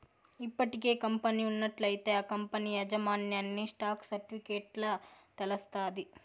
ఇప్పటికే కంపెనీ ఉన్నట్లయితే ఆ కంపనీ యాజమాన్యన్ని స్టాక్ సర్టిఫికెట్ల తెలస్తాది